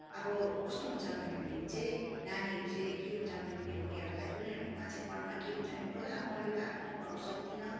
अब कस्तो हुन्छ भने भने चाहिँ नानीहरू चाहिँ के हुन्छ भने भने उनीहरूलाई उनीहरूकोमा चाहिँ मनमा के हुन्छ भने म ला म यो काम म गर्नु सक्दिन